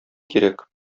кирәк